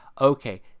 okay